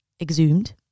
exhumed